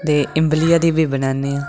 ते इमली दी बी बनान्ने होन्ने आं